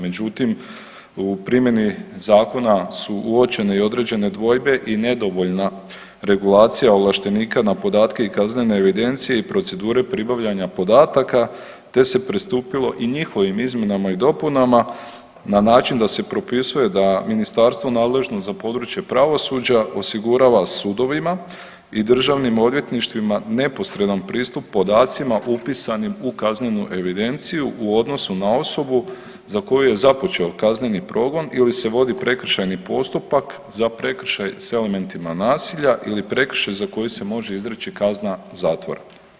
Međutim u primjeni zakona su uočene i određene dvojbe i nedovoljna regulacija ovlaštenika na podatke i kaznene evidencije i procedure pribavljanja podataka, te se pristupilo i njihovim izmjenama i dopunama na način da se propisuje da ministarstvo nadležno za područje pravosuđa osigurava sudovima i državnim odvjetništvima neposredan pristup podacima upisanim u kaznenu evidenciju u odnosu na osobu za koju je započeo kazneni progon ili se vodi prekršajni postupak za prekršaj s elementima nasilja ili prekršaj za koji se može izreći kazna zatvora.